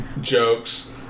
jokes